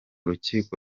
rukiko